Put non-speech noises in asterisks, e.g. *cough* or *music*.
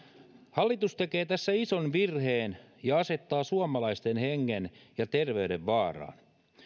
hallitus tekee tässä ison virheen ja asettaa suomalaisten hengen *unintelligible* ja terveyden vaaraan